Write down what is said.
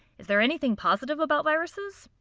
is there anything positive about viruses?